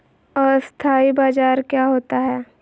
अस्थानी बाजार क्या होता है?